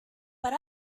but